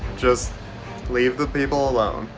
just leave the people alone,